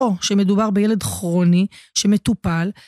או שמדובר בילד כרוני שמטופל.